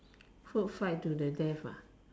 food fight to the death ah